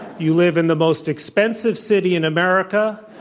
you live in the most expensive city in america.